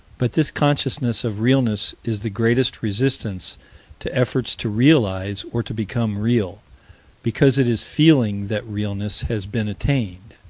but this consciousness of realness is the greatest resistance to efforts to realize or to become real because it is feeling that realness has been attained.